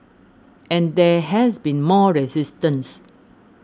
and there has been more resistance